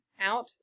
out